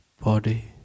body